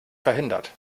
verhindert